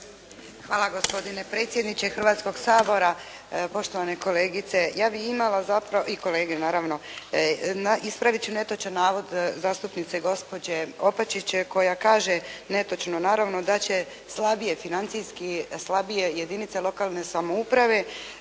Hvala gospodine predsjedniče Hrvatskoga sabora, poštovane kolegice ja bih imala zapravo i kolege naravno, ispraviti ću netočan navod zastupnice gospođe Opačić koja kaže netočno, naravno da će slabije financijski, slabije jedinice lokalne samouprave,